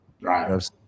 right